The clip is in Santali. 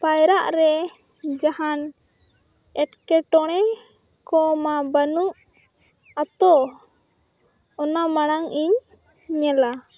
ᱯᱟᱭᱨᱟᱜ ᱨᱮ ᱡᱟᱦᱟᱱ ᱮᱴᱠᱮ ᱴᱚᱬᱮ ᱠᱚᱢᱟ ᱵᱟᱹᱱᱩᱜ ᱟᱛᱳ ᱚᱱᱟ ᱢᱟᱲᱟᱝ ᱤᱧ ᱧᱮᱞᱟ